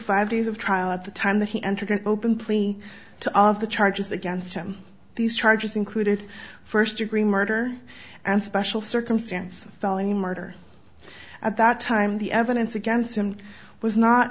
five days of trial at the time that he entered an open plea to all of the charges against him these charges included first degree murder and special circumstance felony murder at that time the evidence against him was not